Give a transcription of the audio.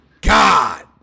God